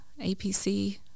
APC